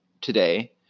today